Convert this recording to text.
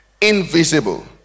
invisible